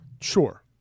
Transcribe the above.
sure